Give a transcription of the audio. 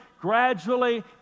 gradually